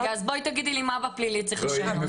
אז רגע, אז בואי תגידי לי מה צריך לשנות בפלילי.